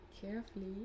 carefully